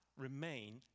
remain